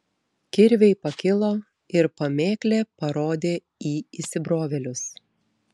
kirviai pakilo ir pamėklė parodė į įsibrovėlius